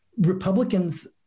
Republicans